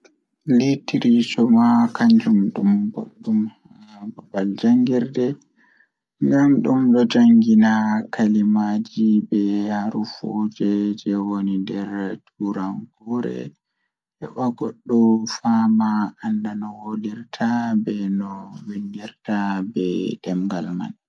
Litriture maa ɗum boɗɗum haa babal jangirde Ko sabu ngal, literature jeyaaɓe e tawti laawol e ko ɗum heɓugol maɓɓe ngal, ko tawti carwo e noyiɗɗo. Literature jeyaaɓe hokkata firtiimaaji moƴƴi e ɗeɗe keewɗi ko waɗtude laawol noyiɗɗo e moƴƴi haajaaɓe. Kono, waɗde literature no waawi njama faami ko moƴƴi e nder keewɗi ngal hayɓe, e waɗde tawa laawol e caɗeele ngal